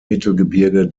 mittelgebirge